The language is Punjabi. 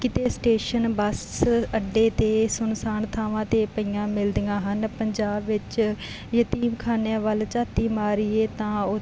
ਕਿਤੇ ਸਟੇਸ਼ਨ ਬੱਸ ਅੱਡੇ ਅਤੇ ਸੁੰਨਸਾਨ ਥਾਵਾਂ 'ਤੇ ਪਈਆਂ ਮਿਲਦੀਆਂ ਹਨ ਪੰਜਾਬ ਵਿੱਚ ਯਤੀਮ ਖਾਨਿਆਂ ਵੱਲ ਝਾਤੀ ਮਾਰੀਏ ਤਾਂ